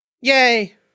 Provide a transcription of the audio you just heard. Yay